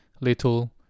little